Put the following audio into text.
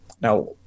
Now